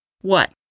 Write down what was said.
What